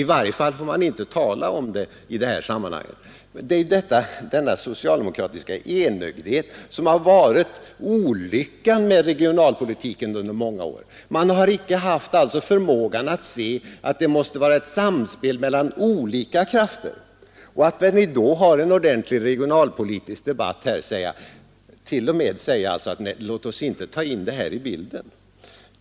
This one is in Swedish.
I varje fall får man inte tala om de delarna av politiken i det här sammanhanget. Det är denna socialdemokratiska enögdhet som har varit olyckan med regionalpolitiken under många år. Man har icke haft förmågan att se att det måste vara ett samspel mellan olika krafter, och när vi nu har en ordentlig regionalpolitisk debatt här säger man t.o.m.: Låt oss inte ta in detta i bilden!